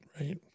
right